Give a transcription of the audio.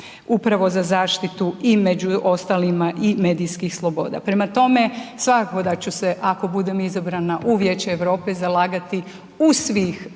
upravo za zaštitu i među ostalima i medijskih sloboda. Prema tome, svakako da ću se ako budem izabrana u Vijeće Europe zalagati uz svih